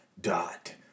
dot